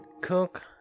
cook